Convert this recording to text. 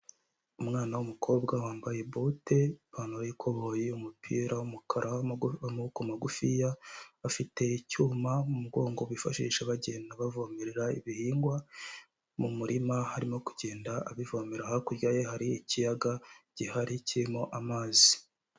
Umwana w'umukobwa wambaye bote, ipantaro y'ikoboyi, umupira w'umukara w'amaboko magufiya. Afite icyuma mu mugongo bifashisha bagenda bavomerera ibihingwa mu murima arimo kugenda abivomera. Hakurya ye hari ikiyaga gihari kirimo amazi.